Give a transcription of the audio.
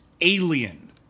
alien